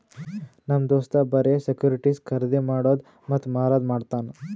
ನಮ್ ದೋಸ್ತ್ ಬರೆ ಸೆಕ್ಯೂರಿಟಿಸ್ ಖರ್ದಿ ಮಾಡಿದ್ದು ಮತ್ತ ಮಾರದು ಮಾಡ್ತಾನ್